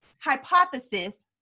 hypothesis